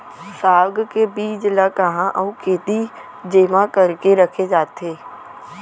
साग के बीज ला कहाँ अऊ केती जेमा करके रखे जाथे?